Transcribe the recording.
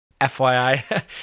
FYI